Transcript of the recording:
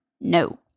No